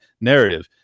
narrative